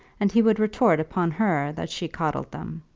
and he would retort upon her that she coddled them.